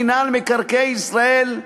מינהל מקרקעי ישראל,